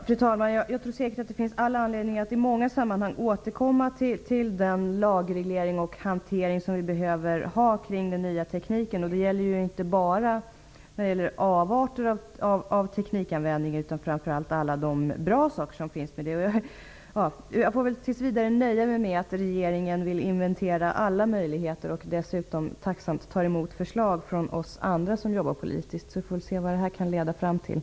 Fru talman! Jag tror säkert att det finns all anledning att i många sammanhang återkomma till den lagreglering och hantering som vi behöver ha kring den nya tekniken. Det gäller inte bara avarter av teknikanvändningen, utan framför allt alla de bra saker som finns på det området. Jag får tills vidare nöja mig med att regeringen vill inventera alla möjligheter och dessutom tacksamt tar emot förslag från oss andra som jobbar politiskt. Vi får väl se vad det kan leda fram till.